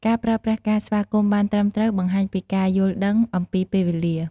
ការប្រើប្រាស់ការស្វាគមន៍ បានត្រឹមត្រូវ បង្ហាញពីការយល់ដឹងអំពីពេលវេលា។